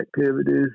activities